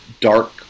dark